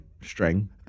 string